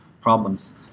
problems